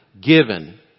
given